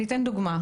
אני אתן דוגמה.